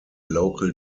local